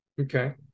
okay